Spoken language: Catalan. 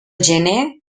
gener